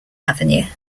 avenue